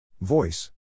Voice